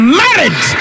married